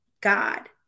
God